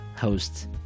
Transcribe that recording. host